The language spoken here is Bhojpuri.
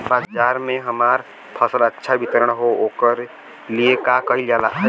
बाजार में हमार फसल अच्छा वितरण हो ओकर लिए का कइलजाला?